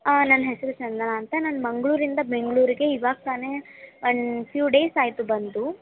ನನ್ನ ಹೆಸರು ಚಂದನಾ ಅಂತ ನಾನು ಮಂಗಳೂರಿಂದ ಬೆಂಗಳೂರಿಗೆ ಇವಾಗ ತಾನೆ ಒಂದು ಫ್ಯೂ ಡೇಸ್ ಆಯಿತು ಬಂದು